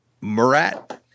Murat